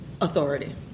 authority